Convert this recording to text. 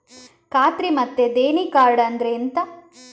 ಖಾತ್ರಿ ಮತ್ತೆ ದೇಣಿ ಕಾರ್ಡ್ ಅಂದ್ರೆ ಎಂತ?